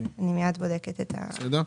אני מיד בודקת את הסכום.